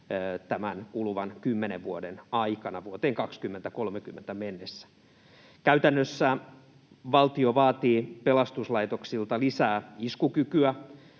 tämän kuluvan kymmenen vuoden aikana vuoteen 2030 mennessä. Käytännössä valtio vaatii pelastuslaitoksilta lisää iskukykyä,